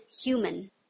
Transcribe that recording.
human